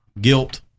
guilt